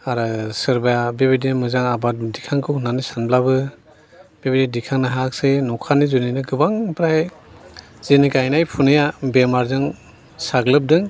आरो सोरबाया बिबादिनो मोजां आबाद दिखांगौ होननानै सानब्लाबो बिबादि दिखांनो हायाखिसै नखानि जुनैनो गोबां फ्राय जोंनि गायनाय फुनाया बेमारजों साग्लोबदों